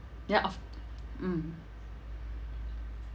ya of mm